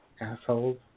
Assholes